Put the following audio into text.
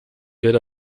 ver